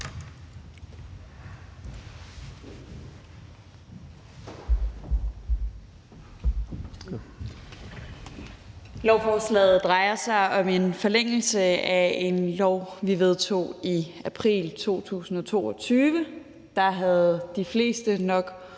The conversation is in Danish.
Lovforslaget drejer sig om en forlængelse af en lov, vi vedtog i april 2022. Der havde de fleste nok